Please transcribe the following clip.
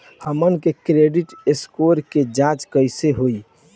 हमन के credit score के जांच कैसे होइ?